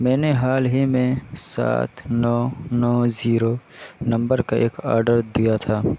میں نے حال ہی میں سات نو نو زیرو نمبر کا ایک آڈر دیا تھا